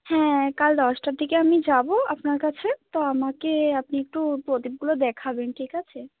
হ্যাঁ কাল দশটার দিকে আমি যাব আপনার কাছে তো আমাকে আপনি একটু প্রদীপগুলো দেখাবেন ঠিক আছে